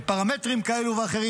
בפרמטרים כאלה ואחרים,